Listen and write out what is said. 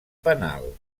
penal